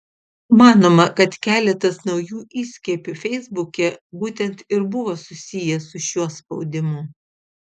manoma kad keletas naujų įskiepių feisbuke būtent ir buvo susiję su šiuo spaudimu